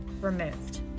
removed